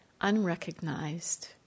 unrecognized